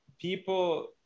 people